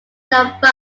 without